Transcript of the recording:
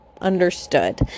understood